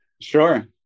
Sure